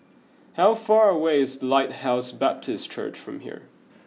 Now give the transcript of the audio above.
how far away is Lighthouse Baptist Church from here